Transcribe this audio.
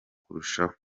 kurushaho